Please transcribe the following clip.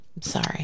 Sorry